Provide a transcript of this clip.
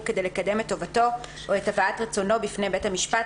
כדי לקדם את טובתו או את הבאת רצונו בפני בית המשפט,